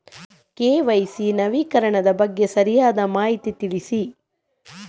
KYC ನವೀಕರಣದ ಬಗ್ಗೆ ಸರಿಯಾದ ಮಾಹಿತಿ ತಿಳಿಸಿ?